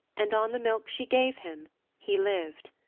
and on the milk she gave him he lived.